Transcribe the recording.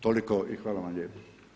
Toliko i hvala vam lijepa.